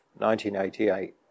1988